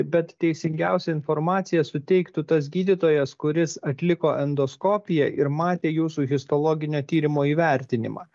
bet teisingiausią informaciją suteiktų tas gydytojas kuris atliko endoskopiją ir matė jūsų histologinio tyrimo įvertinimą